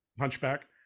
Hunchback